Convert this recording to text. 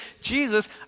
Jesus